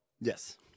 Yes